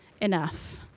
enough